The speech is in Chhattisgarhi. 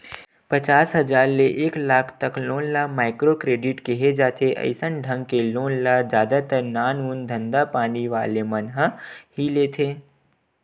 पचास हजार ले एक लाख तक लोन ल माइक्रो क्रेडिट केहे जाथे अइसन ढंग के लोन ल जादा तर नानमून धंधापानी वाले मन ह ही लेथे